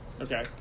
Okay